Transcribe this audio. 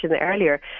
earlier